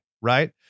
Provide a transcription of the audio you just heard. right